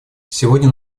сегодня